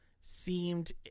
seemed